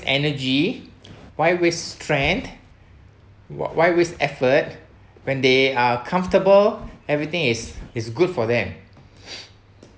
energy why waste strength wh~ why waste effort when they are comfortable everything is is good for them